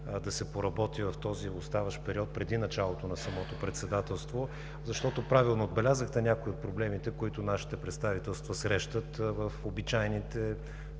да се поработи по-активно в този оставащ период преди началото на самото председателство, защото, правилно отбелязахте, някои от проблемите, които нашите представителства срещат в обичайните